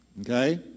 Okay